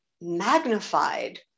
magnified